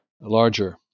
larger